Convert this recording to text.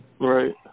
Right